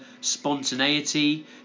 spontaneity